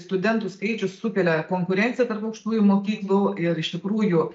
studentų skaičius sukelia konkurenciją tarp aukštųjų mokyklų ir iš tikrųjų